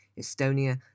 Estonia